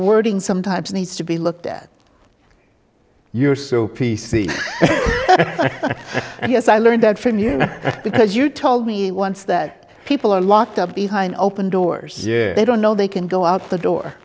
wording sometimes needs to be looked at you're so p c and yes i learned that from you because you told me once that people are locked up behind open doors they don't know they can go out the door